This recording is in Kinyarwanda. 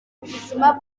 ubuzima